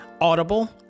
Audible